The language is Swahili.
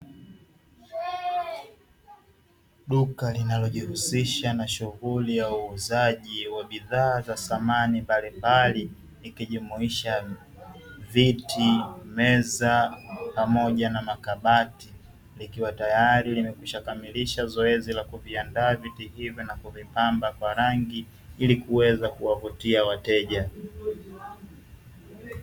Duka linalojihusisha na shughuli ya uuzaji wa bidhaa za samani mbalimbali, ikijumuisha viti, meza, pamoja na makabati; likiwa tayari limekwisha kamilisha zoezi la kuviandaa viti hivyo na kuvipamba kwa rangi, ili kuweza kuwavutia wateja.